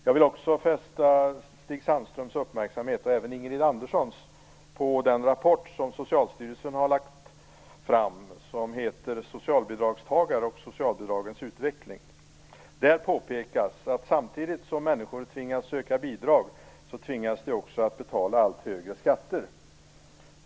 Jag vill också fästa Stig Sandströms och Ingrid Anderssons uppmärksamhet på den rapport som Socialstyrelsen har lagt fram och som heter Socialbidragstagare och socialbidragens utveckling. Där påpekas att samtidigt som människor tvingas söka bidrag tvingas de också att betala allt högre skatter.